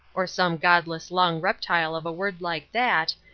or some godless long reptile of a word like that,